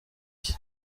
cye